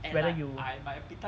whether you